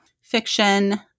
fiction